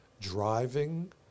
driving